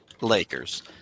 Lakers